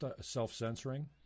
self-censoring